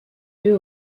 eux